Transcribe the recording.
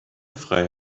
frei